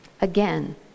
again